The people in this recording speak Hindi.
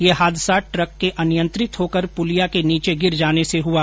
यह हादसा ट्रक के अनियंत्रित होकर पुलिया के नीचे गिर जाने से हुआ